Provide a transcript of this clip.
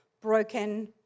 broken